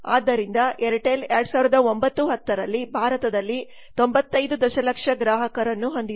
ಆದ್ದರಿಂದ ಏರ್ಟೆಲ್ 2009 10ರಲ್ಲಿ ಭಾರತದಲ್ಲಿ 95 ದಶಲಕ್ಷ ಗ್ರಾಹಕರನ್ನು ಹೊಂದಿದೆ